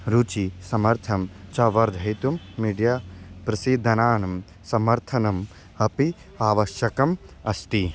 रुचेः समर्थनं च वर्धयितुं मीडिया प्रसिद्धानां समर्थनम् अपि आवश्यकम् अस्ति